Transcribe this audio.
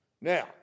Now